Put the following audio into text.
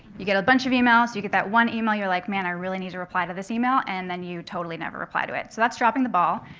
you get a bunch of emails. you get that one email. you're like, man, i really need to reply to this email. and then you totally never reply to it. so that's dropping the ball.